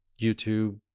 YouTube